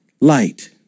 Light